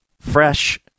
fresh